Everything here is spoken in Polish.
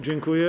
Dziękuję.